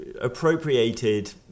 appropriated